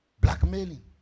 Blackmailing